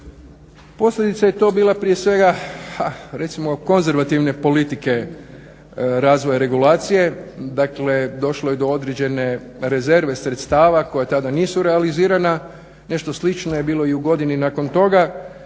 Posljedica je to bila prije svega recimo konzervativne politike razvoja regulacije, dakle došlo je do određene rezerve sredstava koja tada nisu realizirana. Nešto slično je bilo i u godini nakon toga.